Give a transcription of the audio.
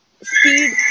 speed